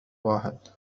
واحد